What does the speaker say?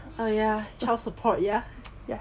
ah ya child support ya ya